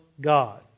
God